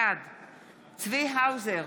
בעד צבי האוזר,